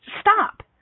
stop